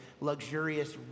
luxurious